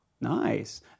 Nice